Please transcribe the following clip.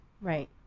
Right